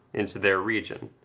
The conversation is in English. into their region.